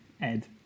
Ed